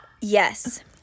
Yes